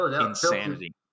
insanity